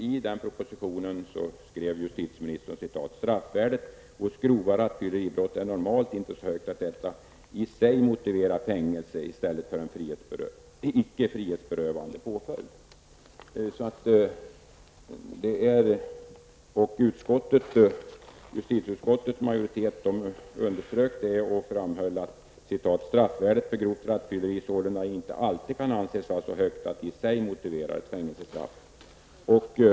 I den propositionen skrev justitieministern: Straffvärdet hos grova rattfylleribrott är normalt inte så högt att detta i sig motiverar fängelse i stället för icke frihetsberövande påföljd. Justitieutskottets majoritet underströk detta och framhöll att straffvärdet för grovt rattfylleri sålunda inte alltid kan anses vara så högt att det i sig motiverar ett fängelsestraff.